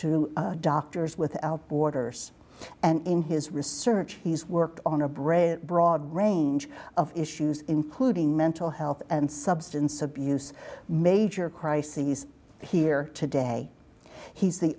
to doctors without borders and in his research he's worked on a brave broad range of issues including mental health and substance abuse major crises here today he's the